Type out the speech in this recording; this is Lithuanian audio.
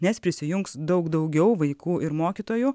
nes prisijungs daug daugiau vaikų ir mokytojų